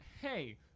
hey